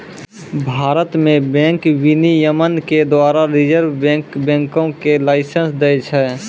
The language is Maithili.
भारत मे बैंक विनियमन के द्वारा रिजर्व बैंक बैंको के लाइसेंस दै छै